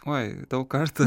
oi daug kartų